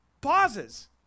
pauses